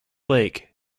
lake